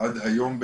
עד היום,